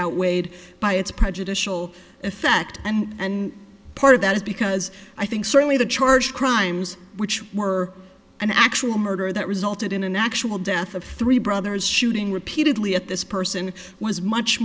outweighed by its prejudicial effect and part of that is because i think certainly the charge crimes which were an actual murder that resulted in an actual death of three brothers shooting repeatedly at this person was much